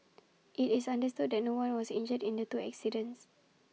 IT is understood that no one was injured in the two accidents